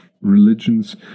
religions